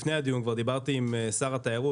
לפני הדיון כבר דיברתי עם שר התיירות,